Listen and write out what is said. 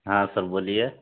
ہاں سر بولیے